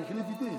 הוא החליף איתי.